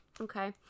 Okay